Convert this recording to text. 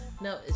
No